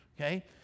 Okay